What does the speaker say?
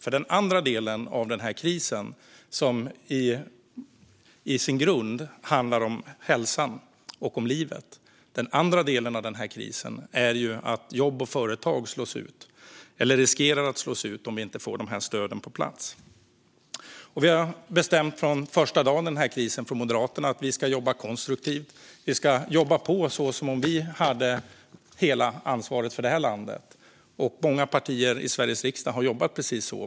Krisen handlar i sin grund om hälsan och om livet. Den andra delen av krisen är att jobb och företag slås ut, eller riskerar att slås ut om vi inte får stöden på plats. Vi har från första dagen av krisen bestämt från Moderaterna att vi ska jobba konstruktivt. Vi ska jobba på som att vi hade hela ansvaret för det här landet. Många partier i Sveriges riksdag har jobbat precis så.